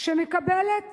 שמקבלת